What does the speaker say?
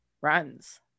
runs